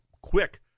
quick